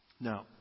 Now